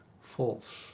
false